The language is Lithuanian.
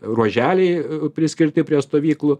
ruoželiai priskirti prie stovyklų